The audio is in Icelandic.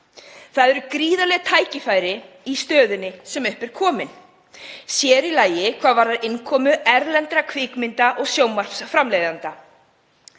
Það eru gríðarleg tækifæri í stöðunni sem upp er komin, sér í lagi hvað varðar komu erlendra kvikmynda- og sjónvarpsframleiðenda.